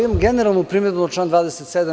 Imam generalnu primedbu na član 27.